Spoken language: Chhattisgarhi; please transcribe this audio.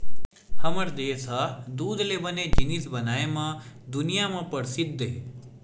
हमर देस ह दूद ले बने जिनिस बनाए म दुनिया म परसिद्ध हे